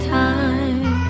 time